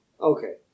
Okay